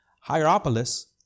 Hierapolis